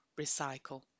recycle